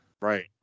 Right